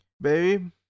baby